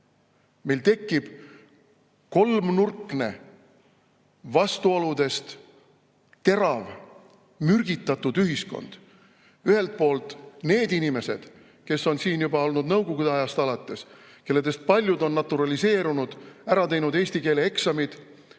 Meil tekib kolmnurkne, vastuoludest terav ja mürgitatud ühiskond. Ühelt poolt [on meil] need inimesed, kes on siin olnud juba nõukogude ajast alates ja kellest paljud on naturaliseerunud, ära teinud eesti keele eksami,